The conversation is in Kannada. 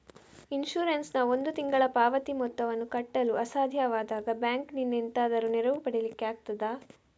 ಇನ್ಸೂರೆನ್ಸ್ ನ ಒಂದು ತಿಂಗಳ ಪಾವತಿ ಮೊತ್ತವನ್ನು ಕಟ್ಟಲು ಅಸಾಧ್ಯವಾದಾಗ ಬ್ಯಾಂಕಿನಿಂದ ಎಂತಾದರೂ ನೆರವು ಪಡಿಲಿಕ್ಕೆ ಆಗ್ತದಾ?